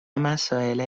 مسائل